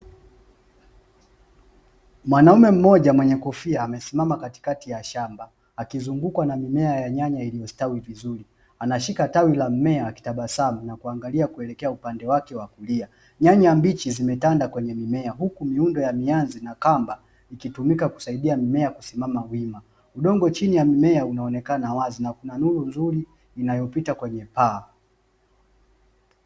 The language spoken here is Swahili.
Mwanaume mmoja mwenye kofia amesimama katikati ya shamba, akizungukwa na mimea ya nyanya, iliyo stawi vizuri anashika tawi la mmea akitabasmu na akingalia upande wake wa kulia nyanya mbichi zimetanda kwenye mimiea huku mihanzi na kamba ikitumika kusaidia mimea kusimama wima udongo chini ya mimea unaonekana wazi na na kuna nuru nzuri inayopita kwenye paa.